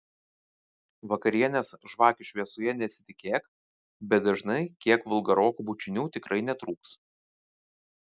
vakarienės žvakių šviesoje nesitikėk bet dažnai kiek vulgarokų bučinių tikrai netrūks